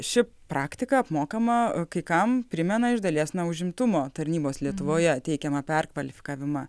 ši praktika apmokama kai kam primena iš dalies na užimtumo tarnybos lietuvoje teikiamą perkvalifikavimą